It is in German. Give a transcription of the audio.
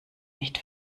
nicht